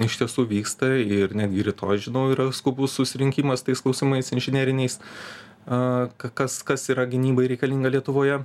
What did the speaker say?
iš tiesų vyksta ir netgi rytoj žinau yra skubus susirinkimas tais klausimais inžineriniais kas kas yra gynybai reikalinga lietuvoje